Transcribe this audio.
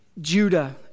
Judah